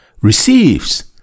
receives